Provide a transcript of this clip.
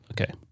Okay